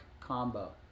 combo